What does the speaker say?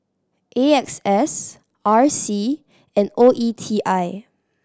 A X S R C and O E T I